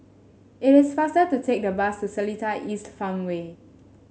it is faster to take the bus to Seletar East Farmway